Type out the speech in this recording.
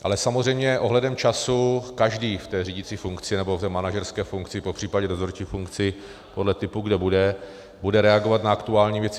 Ale samozřejmě ohledem času každý v té řídicí funkci, nebo v té manažerské funkci, popř. dozorčí funkci, podle typu, kde bude, bude reagovat na aktuální věci.